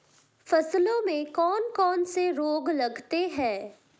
फसलों में कौन कौन से रोग लगते हैं?